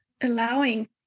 allowing